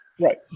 Right